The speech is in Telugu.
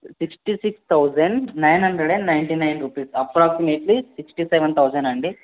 six thousand nine hundred and ninety nine rupees approximately sixty seven thousand అండి